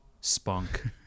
spunk